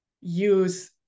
use